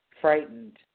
frightened